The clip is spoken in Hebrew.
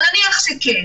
אבל נניח שכן